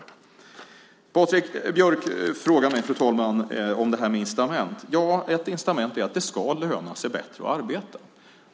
Fru talman! Patrik Björck frågade mig om detta med incitament. Ett incitament är att det ska löna sig bättre att arbeta.